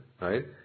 right